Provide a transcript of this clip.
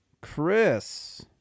Chris